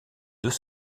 deux